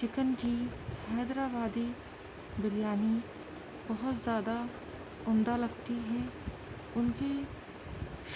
chicken کی حیدر آبادی بریانی بہت زیادہ عمدہ لگتی ہے ان کی